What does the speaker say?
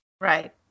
Right